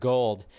Gold